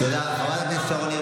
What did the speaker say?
חברת הכנסת שרון ניר,